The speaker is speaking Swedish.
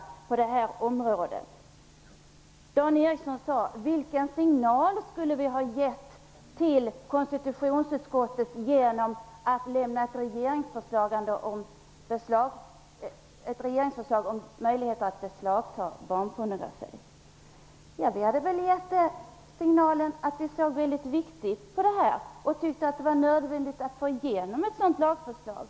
Dan Ericsson i Kolmården frågade vilken signal vi skulle ha gett till konstitutionsutskottet genom att lämna ett regeringsförslag om möjligheter att beslagta barnpornografi. Vi hade väl gett den signalen att vi ansåg att detta var mycket viktigt och tyckte att det var nödvändigt att få igenom ett sådant lagförslag.